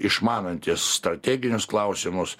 išmanantis strateginius klausimus